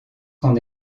son